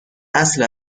اصل